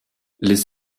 les